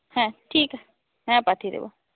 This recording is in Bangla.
হ্যাঁ ঠিক হ্যাঁ পাঠিয়ে দেব